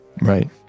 right